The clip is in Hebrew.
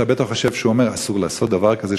אתה בטח חושב שהוא אומר: אסור לעשות דבר כזה,